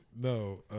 No